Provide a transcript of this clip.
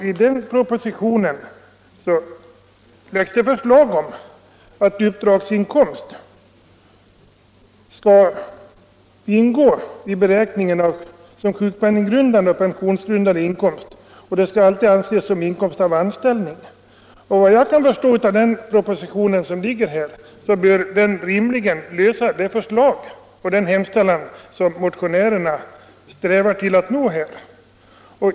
I den propositionen framläggs förslag om att uppdragsinkomst skall ingå i beräkningen av sjukpenningoch pensionsgrundande inkomst och den skall alltid anses som inkomst av anställning. Vad jag kan förstå av den föreliggande propositionen så bör den rimligen lösa de problem som motionärerna med sin hemställan strävar att lösa.